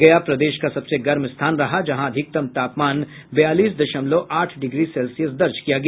गया प्रदेश का सबसे गर्म स्थान रहा जहां अधिकतम तापमान बयालीस दशमलव आठ डिग्री सेल्सियस दर्ज किया गया